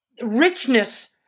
richness